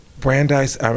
Brandeis